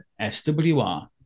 SWR